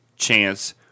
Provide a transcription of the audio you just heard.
Chance